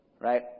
Right